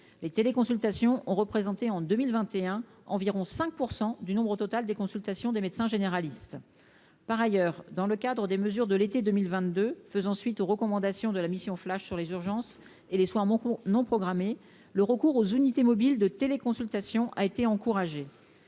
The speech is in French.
les téléconsultations ont représenté en 2021 environ 5 % du nombre total des consultations des médecins généralistes, par ailleurs, dans le cadre des mesures de l'été 2022 faisant suite aux recommandations de la mission flash sur les urgences et les soins mon coup non programmés, le recours aux unités mobiles de téléconsultation a été encouragés